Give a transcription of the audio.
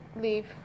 leave